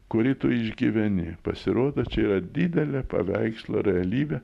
kurį tu išgyveni pasirodo čia yra didelė paveikslo realybė